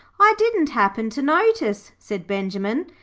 i didn't happen to notice said benjimen.